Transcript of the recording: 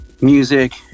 music